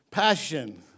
Passion